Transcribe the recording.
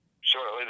shortly